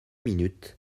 minutes